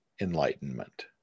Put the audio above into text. enlightenment